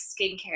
skincare